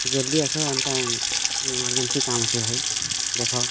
ଜଲ୍ଦି ଆସ ଏନ୍ତା ଏମର୍ଜେନ୍ସି କାମ ଅଛି ଭାଇ ଦେଖ